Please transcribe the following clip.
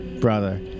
brother